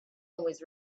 always